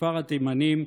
כפר התימנים,